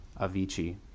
Avicii